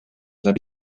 läbi